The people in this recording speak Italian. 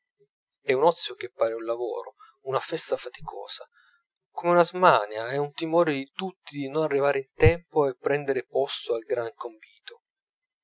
è un ozio che pare un lavoro una festa faticosa come una smania e un timore di tutti di non arrivare in tempo a prender posto al gran convito